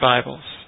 Bibles